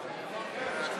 רק שתדע.